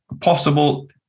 Possible